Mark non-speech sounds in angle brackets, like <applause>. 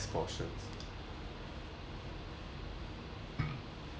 <coughs>